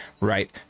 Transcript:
right